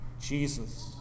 Jesus